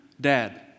dad